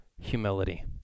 humility